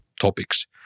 topics